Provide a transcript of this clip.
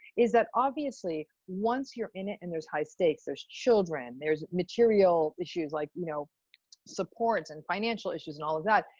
is that obviously once you're in it and there's high stakes, there's children, there's material issues like you know supports and financial issues and all of that,